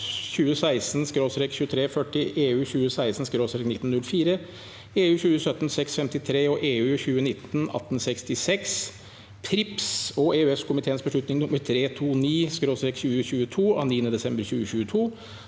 2016/2340, (EU) 2016/1904, (EU) 2017/653 og (EU) 2019/1866 (PRIIPs) og EØS-komiteens beslutning nr. 329/2022 av 9. desember 2022